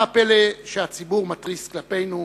מה הפלא שהציבור מתריס נגדנו: